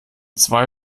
zwei